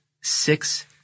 Six